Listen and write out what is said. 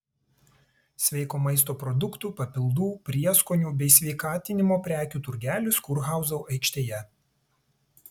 sveiko maisto produktų papildų prieskonių bei sveikatinimo prekių turgelis kurhauzo aikštėje